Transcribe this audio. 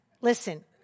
Listen